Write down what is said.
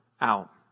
out